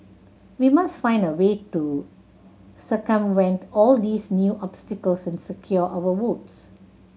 we must find a way to circumvent all these new obstacles and secure our votes